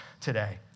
today